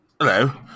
hello